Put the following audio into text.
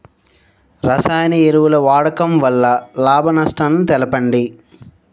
రసాయన ఎరువుల వాడకం వల్ల లాభ నష్టాలను తెలపండి?